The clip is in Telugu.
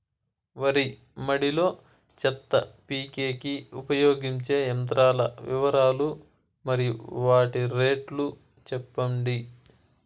వరి మడి లో చెత్త పీకేకి ఉపయోగించే యంత్రాల వివరాలు మరియు వాటి రేట్లు చెప్పండి?